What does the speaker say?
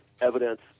evidence